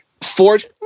forge—